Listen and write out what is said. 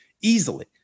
Easily